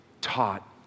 taught